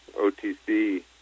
OTC